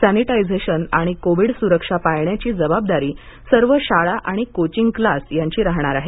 sanitisation आणि Covid सुरक्षा पाळण्याची जबाबदारी सर्व शाळा आणि कोचिंग क्लास यांची राहणार आहे